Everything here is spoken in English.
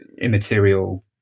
immaterial